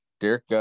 Derek